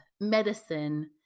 medicine